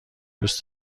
دوست